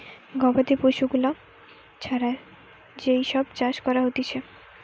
গবাদি পশু গুলা ছাড়া যেই সব চাষ করা হতিছে